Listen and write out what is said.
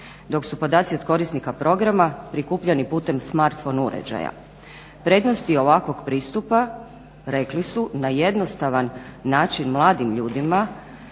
Dok su podaci od korisnika programa prikupljani putem smartphone uređaja. Prednosti ovakvog pristupa rekli na jednostavan način mladim ljudima,